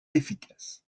efficace